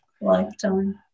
lifetime